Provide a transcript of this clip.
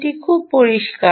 এটা খুব পরিষ্কার